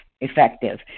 effective